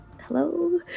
hello